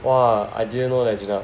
!wah! I didn't know until now